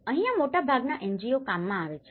અહીંયા મોટાભાગના NGO કામ માં આવે છે